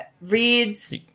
reads